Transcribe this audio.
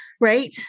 Right